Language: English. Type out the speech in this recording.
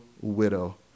widow